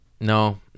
No